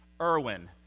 Irwin